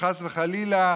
וחס וחלילה,